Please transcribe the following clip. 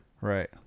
right